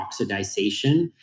oxidization